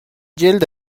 جلد